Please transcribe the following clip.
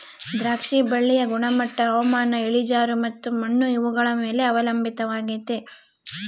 ದ್ರಾಕ್ಷಿ ಬಳ್ಳಿಯ ಗುಣಮಟ್ಟ ಹವಾಮಾನ, ಇಳಿಜಾರು ಮತ್ತು ಮಣ್ಣು ಇವುಗಳ ಮೇಲೆ ಅವಲಂಬಿತವಾಗೆತೆ